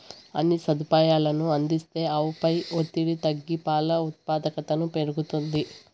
అన్ని సదుపాయాలనూ అందిస్తే ఆవుపై ఒత్తిడి తగ్గి పాల ఉత్పాదకతను పెరుగుతుంది